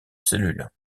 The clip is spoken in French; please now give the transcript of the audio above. cellule